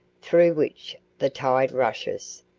through which the tide rushes,